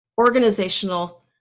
organizational